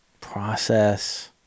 process